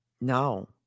No